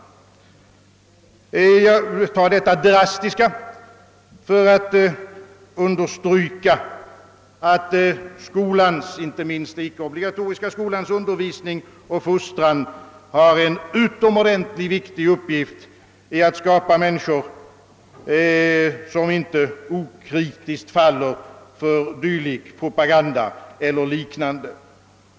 Jag har tagit detta drastiska exempel för att understryka att skolans — och inte minst den icke obligatoriska skolans — undervisning och fostran har en utomordentlig uppgift i att skapa människor som inte okritiskt faller för sådan propaganda eller liknande.